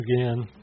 Again